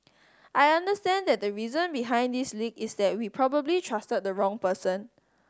I understand that the reason behind this leak is that we probably trusted the wrong person